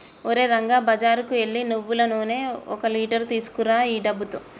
ఓరే రంగా బజారుకు ఎల్లి నువ్వులు నూనె ఒక లీటర్ తీసుకురా ఈ డబ్బుతో